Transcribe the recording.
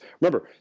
remember